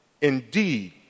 Indeed